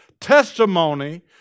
testimony